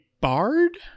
bard